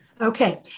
Okay